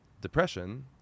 depression